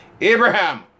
Abraham